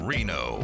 Reno